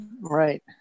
Right